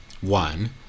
One